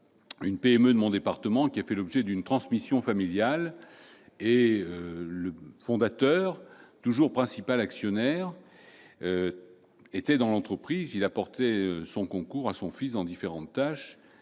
une PME de mon département qui a fait l'objet d'une transmission familiale. Le fondateur, qui est toujours le principal actionnaire, se trouvait dans l'entreprise et apportait son concours à son fils dans différentes tâches.